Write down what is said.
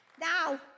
Now